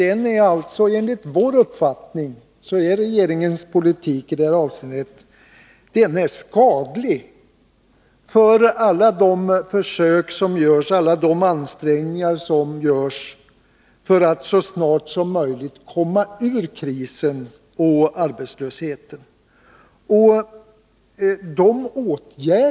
Enligt vår uppfattning är regeringens politik i detta avseende skadlig när det gäller alla de försök och ansträngningar som görs för att så snabbt som möjligt komma ur krisen och arbetslösheten.